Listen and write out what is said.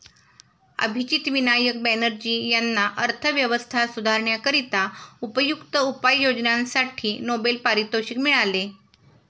अभिजित विनायक बॅनर्जी यांना अर्थव्यवस्था सुधारण्याकरिता उपयुक्त उपाययोजनांसाठी नोबेल पारितोषिक मिळाले